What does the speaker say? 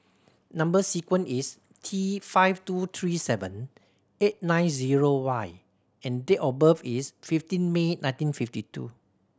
number sequence is T five two three seven eight nine zero Y and date of birth is fifteen May nineteen fifty two